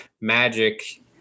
magic